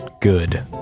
good